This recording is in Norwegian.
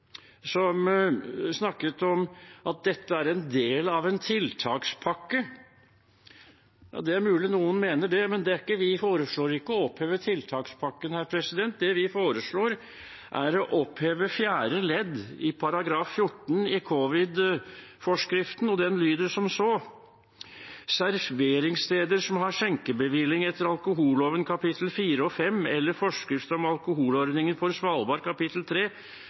del av en tiltakspakke. Det er mulig noen mener det, men vi foreslår ikke å oppheve tiltakspakken. Det vi foreslår, er å oppheve fjerde ledd i § 14 i covid-19-forskriften, og det lyder som så: «Serveringssteder som har skjenkebevilling etter alkoholloven kapittel 4 og 5 eller forskrift om alkoholordningen for Svalbard kapittel